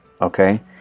okay